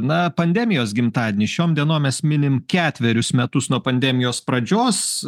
na pandemijos gimtadienį šiom dienom mes minim ketverius metus nuo pandemijos pradžios